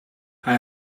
hij